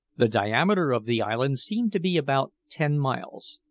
the diameter of the island seemed to be about ten miles,